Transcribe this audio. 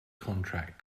contract